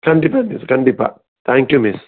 கண்டிப்பாக மிஸ் கண்டிப்பாக thank you miss